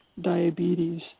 diabetes